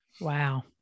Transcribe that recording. Wow